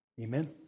Amen